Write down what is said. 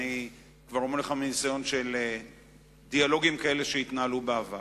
אני אומר לך מניסיון של דיאלוגים כאלה שהתנהלו בעבר.